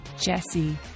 Jesse